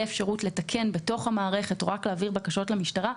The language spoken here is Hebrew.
אפשרות לתקן בתוך המערכת או רק להעביר בקשות למשטרה,